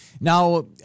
Now